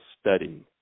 study